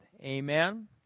Amen